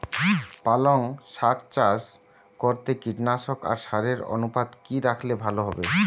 পালং শাক চাষ করতে কীটনাশক আর সারের অনুপাত কি রাখলে ভালো হবে?